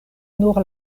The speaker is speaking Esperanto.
nur